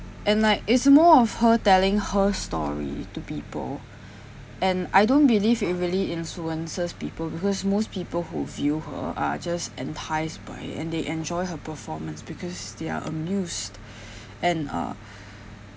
and like it's more of her telling her story to people and I don't believe it really influences people because most people who view her are just enticed by it and they enjoy her performance because they're amused and uh